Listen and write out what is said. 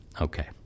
Okay